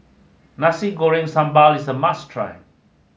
Nasi Goreng Sambal is a must try